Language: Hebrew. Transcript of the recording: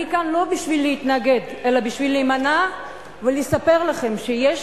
אני כאן לא בשביל להתנגד אלא בשביל להימנע ולספר לכם שיש